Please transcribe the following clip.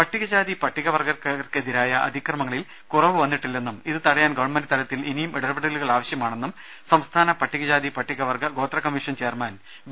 പട്ടികജാതി പട്ടിക വർഗക്കാർക്കെതിരായ അതിക്രമങ്ങളിൽ കുറവു വന്നിട്ടില്ലെന്നും ഇതുതടയാൻ ഗവൺമെന്റ് തലത്തിൽ ഇനിയും ഇടപെടലുകൾ ആവശ്യമാ ണെന്നും സംസ്ഥാന പട്ടികജാതി പട്ടികവർഗ ഗോത്ര കമ്മീഷൻ ചെയർമാൻ ബി